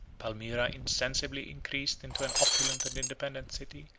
palmyra insensibly increased into an opulent and independent city,